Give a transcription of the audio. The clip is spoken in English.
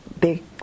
big